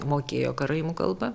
mokėjo karaimų kalbą